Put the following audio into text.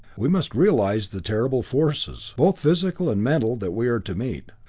we must realize the terrible forces, both physical and mental that we are to meet.